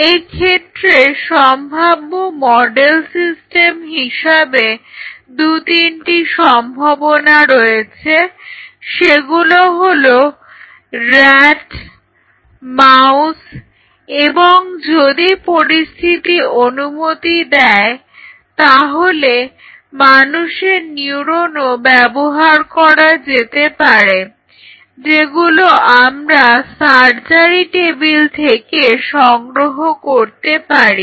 এক্ষেত্রে সম্ভাব্য model system হিসাবে দু তিনটি সম্ভাবনা রয়েছে সেগুলো হলো rat মাউস এবং যদি পরিস্থিতি অনুমতি দেয় তাহলে মানুষের নিউরনও ব্যবহার করা যেতে পারে যেগুলো আমরা সার্জারি টেবিল থেকে সংগ্রহ করতে পারি